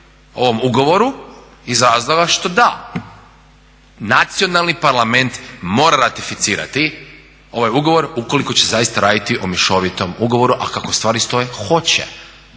/Govornik se ne razumije./ … Nacionalni parlament mora ratificirati ovaj ugovor ukoliko će se zaista raditi o mješovitom ugovoru, a kako stvari stoje hoće